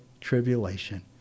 tribulation